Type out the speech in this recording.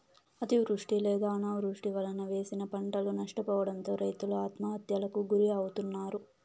అతివృష్టి లేదా అనావృష్టి వలన వేసిన పంటలు నష్టపోవడంతో రైతులు ఆత్మహత్యలకు గురి అవుతన్నారు